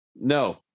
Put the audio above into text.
No